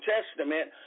Testament